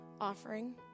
offering